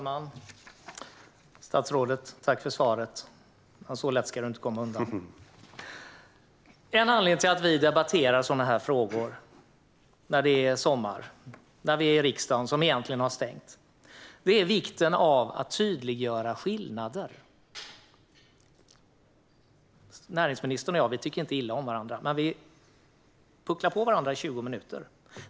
Fru talman! Tack för svaret, statsrådet! Men så lätt ska du inte komma undan. En anledning till att vi när det är sommar debatterar sådana här frågor här i riksdagen, som egentligen har stängt, är vikten av att tydliggöra skillnaden. Näringsministern och jag tycker inte illa om varandra, men nu ska vi puckla på varandra i 20 minuter.